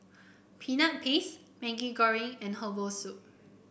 Peanut Paste Maggi Goreng and Herbal Soup